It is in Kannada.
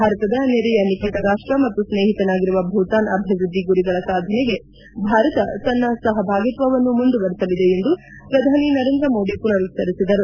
ಭಾರತದ ನೆರೆಯ ನಿಕಟ ರಾಷ್ಟ ಮತ್ತು ಸ್ನೇಹಿತನಾಗಿರುವ ಭೂತಾನ್ ಅಭಿವೃದ್ದಿ ಗುರಿಗಳ ಸಾಧನೆಗೆ ಭಾರತ ತನ್ನ ಸಹಭಾಗಿತ್ವವನ್ನು ಮುಂದುವರಿಸಲಿದೆ ಎಂದು ಪ್ರಧಾನಿ ನರೇಂದ್ರ ಮೋದಿ ಪುನರುಚ್ವರಿಸಿದರು